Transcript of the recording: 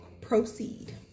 proceed